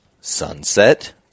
sunset